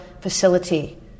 facility